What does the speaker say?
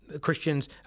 Christians